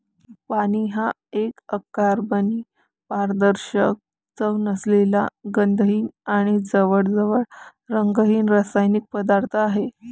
पाणी हा एक अकार्बनी, पारदर्शक, चव नसलेला, गंधहीन आणि जवळजवळ रंगहीन रासायनिक पदार्थ आहे